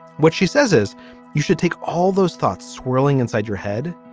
what she says is you should take all those thoughts swirling inside your head.